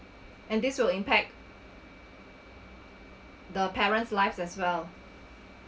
and this will impact the parent's life as well